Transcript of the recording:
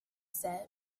said